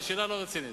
זו שאלה לא רצינית.